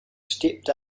stepped